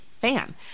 fan